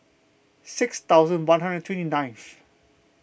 six thousand one hundred and twenty ninth